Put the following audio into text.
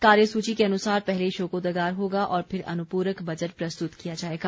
कार्य सूची के अनुसार पहले शोकोदगार होगा और फिर अनुपूरक बजट प्रस्तुत किया जाएगा